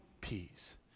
peace